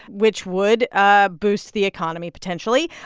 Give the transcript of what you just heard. which would ah boost the economy, potentially.